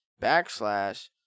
backslash